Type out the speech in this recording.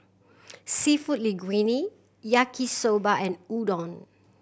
Seafood Linguine Yaki Soba and Udon